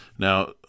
Now